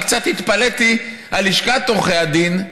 אני קצת התפלאתי על לשכת עורכי הדין,